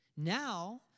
Now